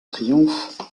triomphe